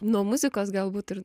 nuo muzikos galbūt ir